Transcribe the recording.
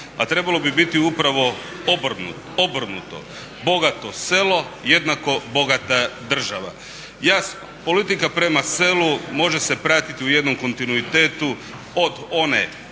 a trebalo bi biti upravo obrnuto. Bogato selo jednako bogata država. Jasno politika prema selu može se pratiti u jednom kontinuitetu od one